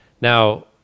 now